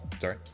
Sorry